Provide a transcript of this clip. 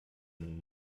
nun